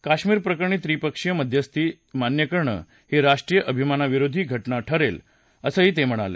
कश्मीर प्रकरणी त्रिपक्षीय मध्यस्थी मान्य करणं ही राष्ट्रीय अभिमाना विरोधी घटना ठरेल असं ते म्हणाले